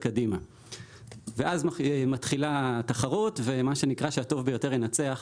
ואז מתחילה התחרות ושהטוב ביותר ינצח.